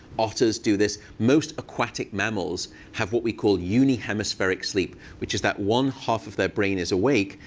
otters do this. most aquatic mammals have what we call unihemispheric sleep, which is that one half of their brain is awake,